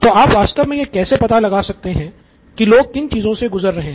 तो आप वास्तव में यह कैसे पता लगा सकते हैं कि लोग किन चीजों से गुज़र रहे हैं